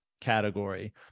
category